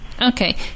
Okay